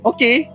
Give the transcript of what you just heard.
Okay